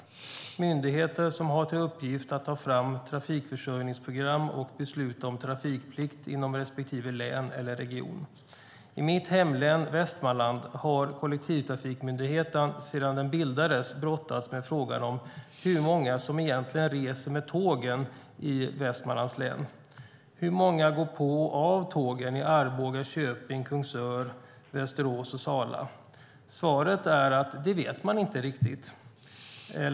Dessa myndigheter har till uppgift att ta fram trafikförsörjningsprogram och besluta om trafikplikt inom respektive län och region. I mitt hemlän, Västmanland, har kollektivtrafikmyndigheten sedan den bildades brottats med frågan hur många som egentligen reser med tågen i Västmanlands län. Hur många går på och av tågen i Arboga, Köping, Kungsör, Västerås och Sala? Svaret är att det vet man inte riktigt.